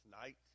tonight